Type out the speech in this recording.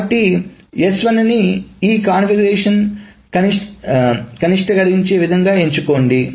కాబట్టిS1 నీ ఈ కాన్ఫిగరేషన్ను కనిష్టీకరించే విధంగా ఎంచుకోండి